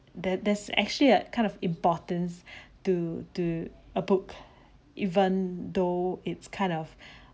that there's actually a kind of importance to to a book even though it's kind of